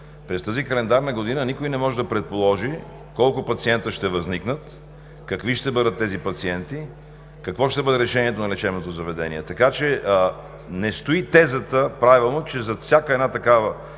през тази календарна година никой не може да предположи колко пациенти ще възникнат, какви ще бъдат тези пациенти, какво ще бъде решението на лечебното заведение. Така че не стои тезата правилно, че зад всяко едно такова